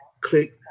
click